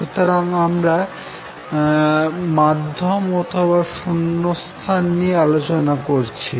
সুতরাং আমরা মাধ্যম অথবা শূন্যস্থান নিয়ে আলোচনা করছি